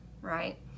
right